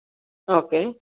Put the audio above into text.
okay